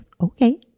okay